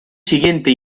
siguiente